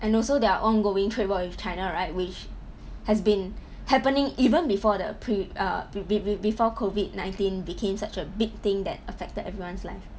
and also their ongoing trade war with china right which has been happening even before the pre~ uh be~ be~ before COVID nineteen became such a big thing that affected everyone's life